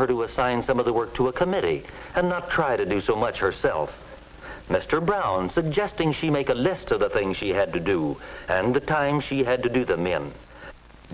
her to assign some of the work to a committee and not try to do so much herself mr brown suggesting she make a list of the things she had to do and the time she had to do that me and